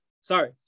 sorry